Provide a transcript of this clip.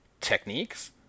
techniques